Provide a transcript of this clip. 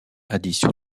addition